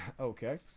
Okay